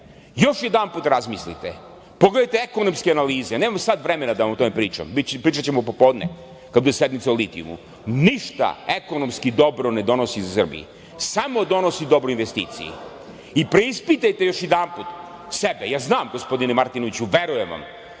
mi. Još jedanput razmislite, pogledajte ekonomske analize, nemam sada vremena da vam o tome pričam, pričaćemo popodne kada bude sednica o litijumu, ništa ekonomski dobro ne donosi Srbiji, samo donosi dobro investiciji. Preispitajte još jedanput sebe. Ja znam, gospodine Martinoviću, verujem vam